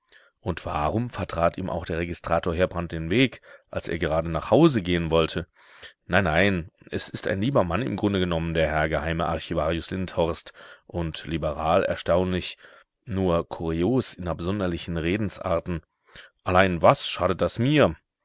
und warum vertrat ihm auch der registrator heerbrand den weg als er gerade nach hause gehen wollte nein nein es ist ein lieber mann im grunde genommen der herr geheime archivarius lindhorst und liberal erstaunlich nur kurios in absonderlichen redensarten allein was schadet das mir